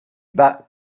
bas